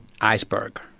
iceberg